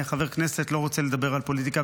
אני חבר כנסת, לא רוצה לדבר על פוליטיקה.